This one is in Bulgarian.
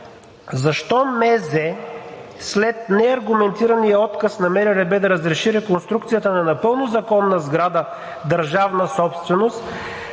след неаргументирания отказ на МРРБ да разреши реконструкцията на напълно законна сграда – държавна собственост,